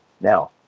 Now